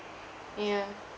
ya